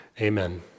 Amen